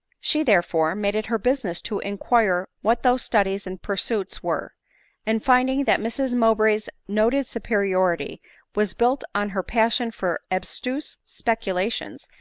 she therefore, made it her business to inquire what those studies and pursuits were and finding that mrs mowbray's noted superiority was built on her passion for abstruse speculations,